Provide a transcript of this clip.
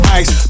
ice